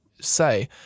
say